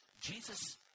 Jesus